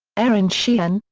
erin sheehan,